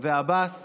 ועבאס